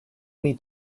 many